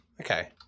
okay